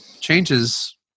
changes